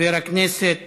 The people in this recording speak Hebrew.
חברת הכנסת